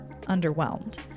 underwhelmed